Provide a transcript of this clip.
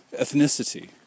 ethnicity